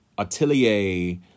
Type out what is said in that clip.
atelier